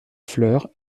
fleurs